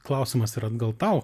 klausimas yra gal tau